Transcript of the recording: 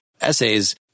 essays